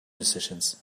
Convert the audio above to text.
decisions